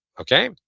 okay